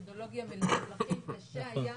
מפולחים --- וקשה היה